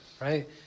right